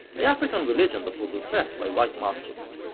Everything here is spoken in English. the african religion that was repressed by white masters.